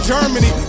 Germany